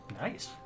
Nice